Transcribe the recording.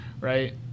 Right